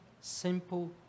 simple